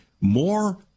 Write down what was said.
more